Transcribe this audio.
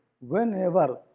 whenever